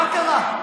מה קרה?